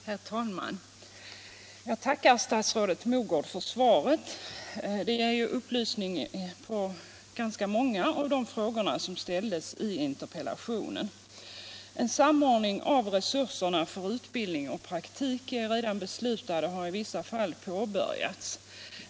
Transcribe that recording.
Herr talman! Jag tackar statsrådet Mogård för svaret på min interpellation. Det ger upplysningar på ganska många av de punkter som togs upp i interpellationen. En samordning av resurserna för utbildning och praktik är redan beslutad och har i vissa fall påbörjats.